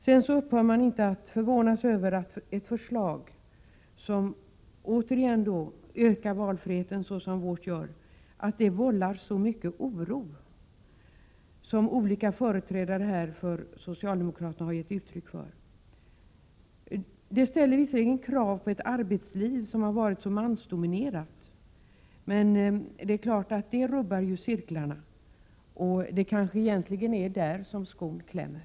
Man upphör inte att förvånas över att ett förslag som ökar valfriheten, såsom vårt gör, vållar så mycket oro som olika företrädare för socialdemokraterna här har gett uttryck för. Förslaget ställer krav på ett arbetsliv som har varit mansdominerat, och det är klart att det rubbar cirklarna — och det kanske egentligen är där som skon klämmer.